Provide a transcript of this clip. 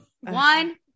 One